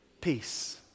Peace